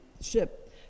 ship